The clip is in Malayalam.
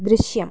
ദൃശ്യം